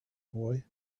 boy